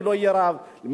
מי לא יהיה רב,